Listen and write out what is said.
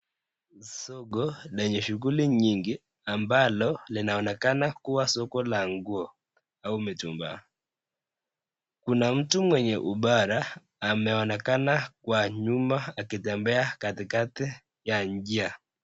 Soko lenye shughuli nyingi ambalo linaonekana kuwa soko la nguo au mitumbaa. Kuna mtu mwenye upara anaonekana kwa nyuma akitembea katikati ya njia.